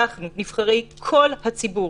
אנחנו נבחרי כל הציבור,